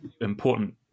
important